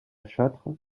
châtre